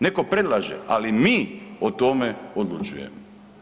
Netko predlaže ali mi o tome odlučujemo.